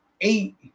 eight